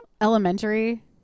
elementary